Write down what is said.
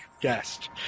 guest